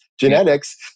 genetics